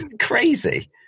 Crazy